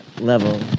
level